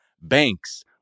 banks